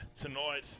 tonight